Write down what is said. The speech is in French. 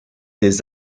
des